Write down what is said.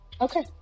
Okay